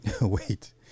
Wait